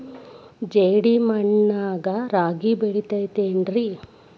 ಜೇಡಿ ಮಣ್ಣಾಗ ರಾಗಿ ಬೆಳಿತೈತೇನ್ರಿ?